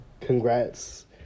congrats